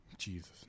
Jesus